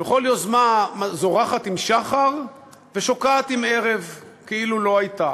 וכל יוזמה זורחת עם שחר ושוקעת עם ערב כאילו לא הייתה.